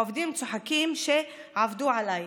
העובדים צוחקים שעבדו עליי.